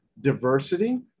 diversity